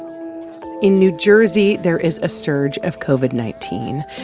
in new jersey, there is a surge of covid nineteen.